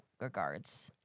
regards